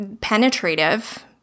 penetrative